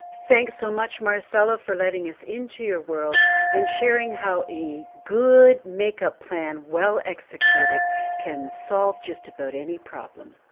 thanks so much marcella for letting us into your world and sharing how a good makeup plan, well executed can solve just about any problem!